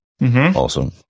Awesome